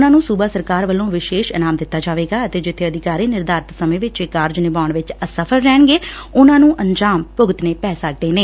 ਉਨ੍ਹਾਂ ਨੂੰ ਸੂਬਾ ਸਰਕਾਰ ਵਲੋਂ ਵਿਸ਼ੇਸ਼ ਇਨਾਮ ਦਿੱਤਾ ਜਾਏਗਾ ਅਤੇ ਜਿੱਥੇ ਅਧਿਕਾਰੀ ਨਿਰਧਾਰਿਤ ਸਮੇਂ ਵਿਚ ਇਹ ਕਾਰਜ ਨਿਭਾਉਣ ਵਿਚ ਅਸਫ਼ਲ ਰਹਿਣਗੇ ਉਨੂਾ ਨੂੰ ਅੰਜਾਮ ਭੁਗਤਣੇ ਪੈ ਸਕਦੇ ਨੇ